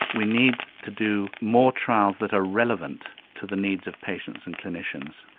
we need to do more trials that are relevant to the needs of patients and clinicians.